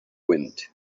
wind